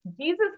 Jesus